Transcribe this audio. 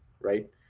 right